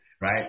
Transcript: right